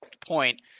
point